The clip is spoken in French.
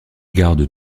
gardent